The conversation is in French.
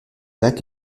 lac